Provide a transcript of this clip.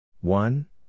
one